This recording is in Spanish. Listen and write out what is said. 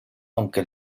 aunque